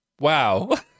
wow